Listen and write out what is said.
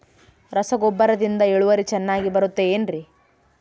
ರಸಗೊಬ್ಬರದಿಂದ ಇಳುವರಿ ಚೆನ್ನಾಗಿ ಬರುತ್ತೆ ಏನ್ರಿ?